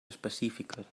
específiques